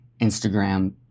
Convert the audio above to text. Instagram